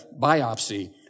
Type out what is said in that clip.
biopsy